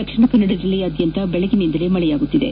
ದಕ್ಷಿಣಕನ್ನಡ ಜಿಲ್ಲೆಯಾದ್ಯಂತ ಬೆಳಗ್ಗಿನಿಂದಲೇ ಮಳೆ ಬೀಳುತ್ತಿದೆ